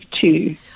two